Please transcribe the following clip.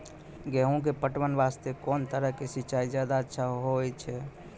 गेहूँ के पटवन वास्ते कोंन तरह के सिंचाई ज्यादा अच्छा होय छै?